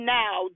now